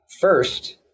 First